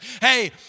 hey